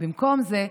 במקום זה,